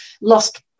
Lost